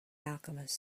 alchemist